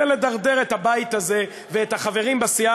זה לדרדר את הבית הזה ואת החברים בסיעה